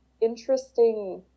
interesting